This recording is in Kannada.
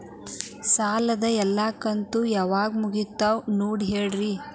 ಸಾಲದ ಎಲ್ಲಾ ಕಂತು ಯಾವಾಗ ಮುಗಿತಾವ ನೋಡಿ ಹೇಳ್ರಿ